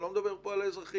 אני לא מדבר פה על האזרחים.